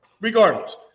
Regardless